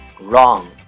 wrong